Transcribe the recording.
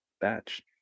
batch